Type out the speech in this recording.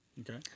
Okay